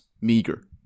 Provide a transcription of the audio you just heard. Meager